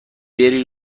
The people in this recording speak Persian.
بری